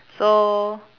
so